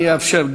אני אאפשר,